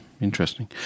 interesting